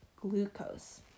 glucose